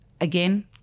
Again